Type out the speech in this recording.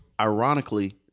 Ironically